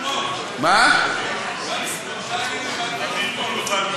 שכחת להוסיף חוש הומור.